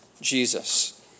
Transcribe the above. Jesus